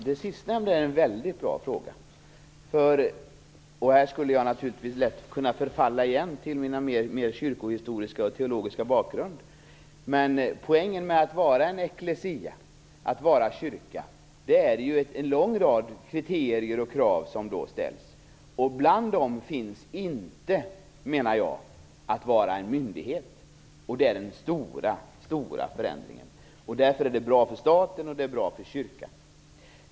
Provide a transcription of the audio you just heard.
Herr talman! Det sista är en väldigt bra fråga. Här skulle jag åter lätt kunna förfalla till min mer kyrkohistoriska och teologiska bakgrund. Men för att vara en ecclesia, att vara kyrka, ställs en lång rad kriterier. Bland dem finns inte, menar jag, att vara en myndighet. Det är den stora, stora förändringen. Därför är det både bra för staten och bra för kyrkan.